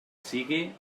sigui